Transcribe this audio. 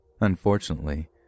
Unfortunately